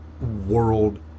world